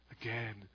again